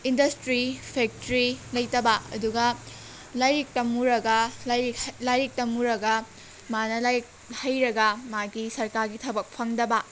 industry factory ꯂꯩꯇꯕ ꯑꯗꯨꯒ ꯂꯥꯏꯔꯤꯛ ꯇꯝꯃꯨꯔꯒ ꯂꯥꯏꯔꯤꯛ ꯇꯝꯃꯨꯔꯒ ꯃꯥꯅ ꯂꯥꯏꯔꯤꯛ ꯍꯩꯔꯒ ꯃꯥꯒꯤ ꯁꯔꯀꯥꯔꯒꯤ ꯊꯕꯛ ꯐꯪꯗꯕ